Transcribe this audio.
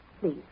Please